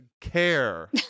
care